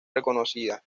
reconocida